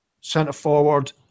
centre-forward